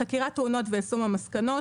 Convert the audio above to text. חקירת תאונות ויישום המסקנות